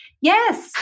Yes